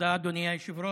אדוני היושב-ראש.